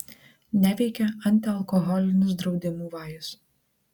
neveikia antialkoholinis draudimų vajus